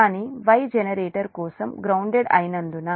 కానీ Y generator కోసం grounded అయినందున